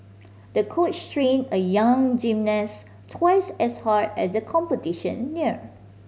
the coach trained a young gymnast twice as hard as the competition neared